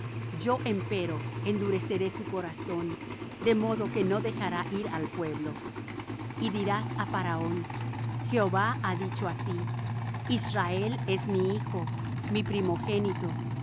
yo empero endureceré su corazón de modo que no dejará ir al pueblo y dirás á faraón jehová ha dicho así israel es mi hijo mi primogénito